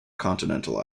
continental